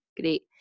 great